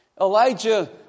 Elijah